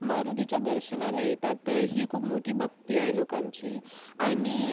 मारुतीच्या दर्शनाला येतात तर ही खूप मोठी भक्ती आहे लोकांची आणि